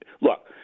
look